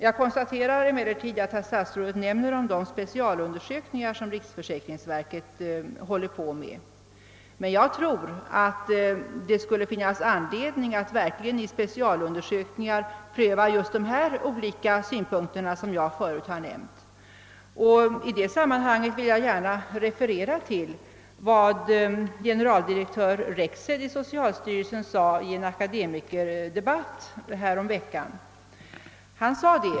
Jag konstaterar emellertid att statsrådet omnämner de specialundersökningar som riksförsäkringsverket håller på att göra, och jag tror att det skulle finnas anledning att just genom specialundersökningar verkligen pröva de olika synpunkter jag tidigare framfört. I det sammanhanget vill jag gärna referera till vad generaldirektör Rexed i socialstyrelsen sade i en akademikerdebatt häromveckan.